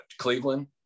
cleveland